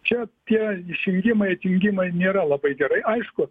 čia tie išėjimai atjungimai nėra labai gerai aišku